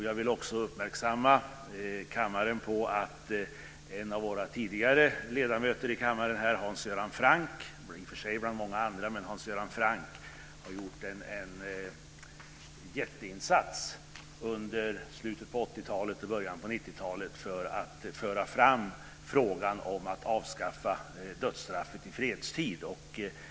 Jag vill också uppmärksamma kammaren på att en av våra tidigare ledamöter i kammaren Hans Göran Franck har gjort en jätteinsats under slutet på 80-talet och början på 90-talet för att föra fram frågan om att avskaffa dödsstraffet i fredstid.